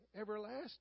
everlasting